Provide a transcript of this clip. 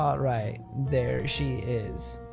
alright, there she is.